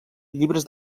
llibres